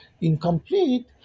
incomplete